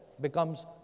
becomes